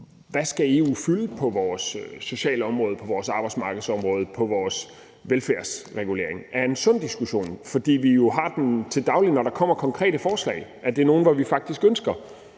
hvad EU skal fylde på vores sociale område, på vores arbejdsmarkedsområde og på vores velfærdsregulering, er en sund diskussion. Vi har den jo til daglig, når der kommer konkrete forslag. Er det nogle, hvor vi faktisk ønsker